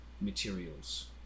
materials